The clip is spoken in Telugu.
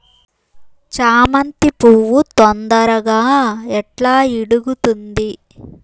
చామంతి పువ్వు తొందరగా ఎట్లా ఇడుగుతుంది?